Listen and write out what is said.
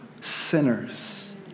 sinners